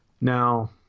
Now